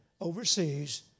overseas